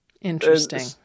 interesting